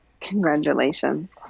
Congratulations